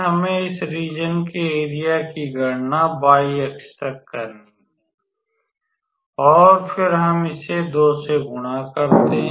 हमें इस रीज़न के एरिया की गणना y अक्ष तक करनी है और फिर हम इसे 2 से गुणा करते हैं